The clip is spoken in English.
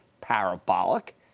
parabolic